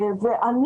אני